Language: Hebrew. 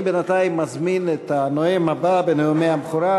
אני בינתיים מזמין את הנואם הבא בנאומי הבכורה,